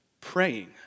Praying